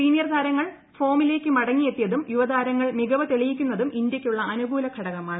senior താരങ്ങൾ ഫോമിലേക്ക് മടങ്ങിയെത്തിയതും യുവതാരങ്ങൾ മികവ് തെളിയിക്കുന്നതും ഇന്തൃക്കുള്ള അനുകൂല ഘടകമാണ്